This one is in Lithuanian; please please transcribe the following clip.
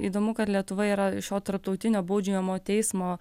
įdomu kad lietuva yra šio tarptautinio baudžiamojo teismo